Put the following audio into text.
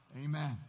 Amen